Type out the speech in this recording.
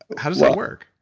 how does that work?